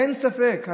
אין ספק,